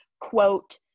quote